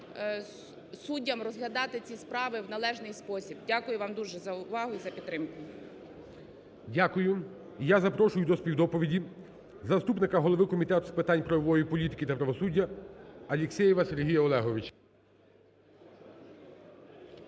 суддям розглядати ці справи в належний спосіб. Дякую вам дуже за увагу, за підтримку. ГОЛОВУЮЧИЙ. Дякую. Я запрошую до співдоповіді заступника голови Комітету з питань правової політики та правосуддя Алєксєєва Сергія Олеговича.